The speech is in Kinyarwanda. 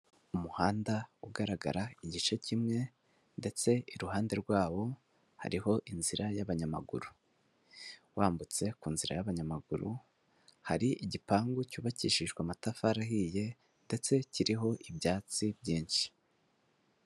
Umuhanda ugaragara igice kimwe ndetse iruhande rwawo hariho inzira y'abanyamaguru, wambutse ku nzira y'abanyamaguru, hari igipangu cyubakishijwe amatafari ahiye ndetse kiriho ibyatsi byinshi.